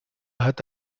hat